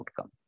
outcome